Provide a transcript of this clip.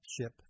ship